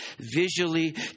visually